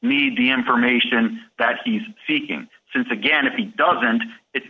need the information that he's seeking since again if he doesn't